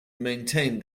maintained